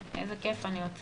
איזה כיף, אני עוד צעירה.